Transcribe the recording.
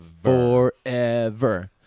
Forever